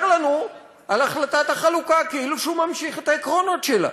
לנו על החלטת החלוקה כאילו שהוא ממשיך את העקרונות שלה.